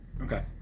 Okay